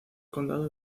condado